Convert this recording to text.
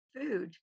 food